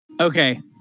Okay